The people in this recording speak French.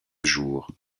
jours